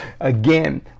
Again